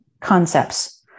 concepts